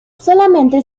solamente